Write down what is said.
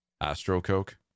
Astro-Coke